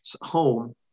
home